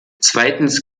zweitens